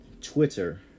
Twitter